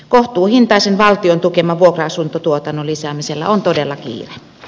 kohtuuhintaisen valtion tukeman vuokra asuntotuotannon lisäämisellä on todella kiire